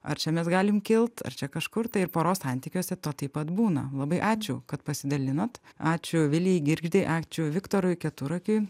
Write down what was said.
ar čia mes galim kilt ar čia kažkur tai ir poros santykiuose to taip pat būna labai ačiū kad pasidalinot ačiū vilijai girgždei ačiū viktorui keturakiui